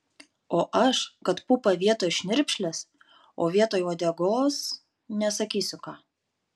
o aš kad pupą vietoj šnirpšlės o vietoj uodegos nesakysiu ką